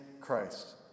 Christ